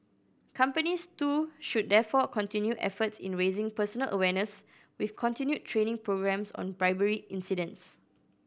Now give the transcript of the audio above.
companies too should therefore continue efforts in raising personal awareness with continued training programmes on bribery incidents